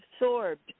absorbed